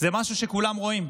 משהו שכולם רואים.